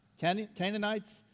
Canaanites